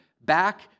back